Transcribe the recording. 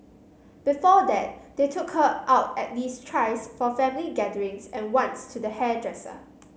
before that they took her out at least thrice for family gatherings and once to the hairdresser